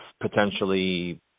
potentially